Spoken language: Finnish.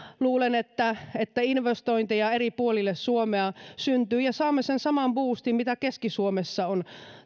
luulen että että investointeja eri puolille suomea syntyy ja saamme sen saman buustin mitä keski suomessa on